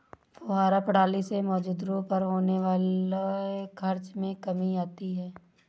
फौव्वारा प्रणाली से मजदूरों पर होने वाले खर्च में कमी आती है